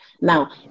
Now